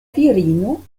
virino